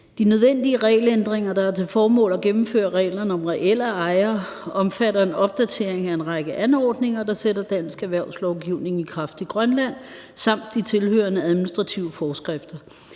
De nødvendige regelændringer, der har til formål at gennemføre reglerne om reelle ejere, omfatter en opdatering af en række anordninger, der sætter dansk erhvervslovgivning i kraft i Grønland, samt de tilhørende administrative forskrifter.